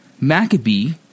Maccabee